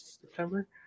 September